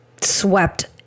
swept